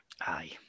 Aye